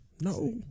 No